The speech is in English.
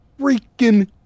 freaking